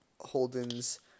Holden's